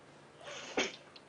בבקשה.